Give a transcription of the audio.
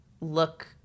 look